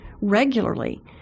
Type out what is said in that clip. regularly